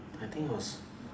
I think he was